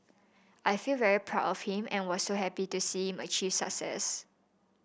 I feel very proud of him and was so happy to see him achieve success